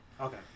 Okay